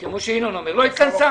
כמו שינון אומר היא לא התכנסה.